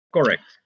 Correct